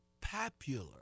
popular